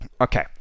Okay